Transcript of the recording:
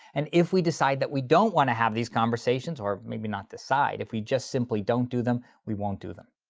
and if we decide that we don't want to have these conversations, or maybe not decide, if you just simply don't do them, we won't do them.